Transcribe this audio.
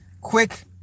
quick